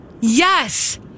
yes